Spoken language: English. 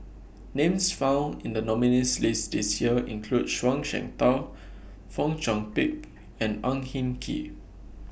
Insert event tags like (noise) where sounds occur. Names found in The nominees' list This Year include Zhuang Shengtao Fong Chong Pik (noise) and Ang Hin Kee